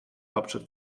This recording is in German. hauptstadt